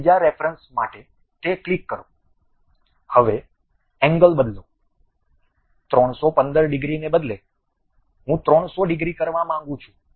બીજા રેફરન્સ માટે તે ક્લિક કરો હવે એંગલ બદલો 315 ડિગ્રીને બદલે હું 300 ડિગ્રી કરવા માંગું છું